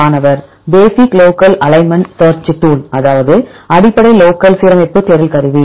மாணவர் அடிப்படை லோக்கல் சீரமைப்பு தேடல் கருவி